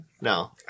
No